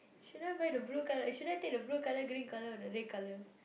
should I buy the blue colour should I take the blue colour green colour or the red colour